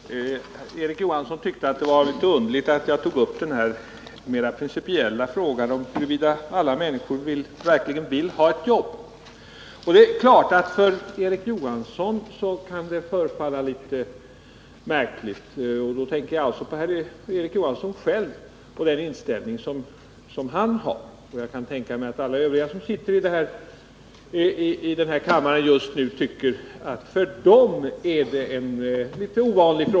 Herr talman! Erik Johansson tyckte det var litet underligt att jag tog upp den mer principiella frågan om alla människor verkligen vill ha ett jobb. Jag kan förstå att Erik Johansson tycker att det kan förefalla litet märkligt. Hans inställning i frågan är så klar. Jag kan också tänka mig att alla övriga närvarande i kammaren är klara med sin inställning.